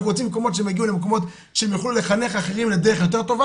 אנחנו רוצים שיגיעו למקומות שהם יוכלו לחנך אחרים לדרך יותר טובה